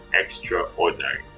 extraordinary